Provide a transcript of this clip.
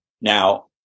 Now